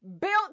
built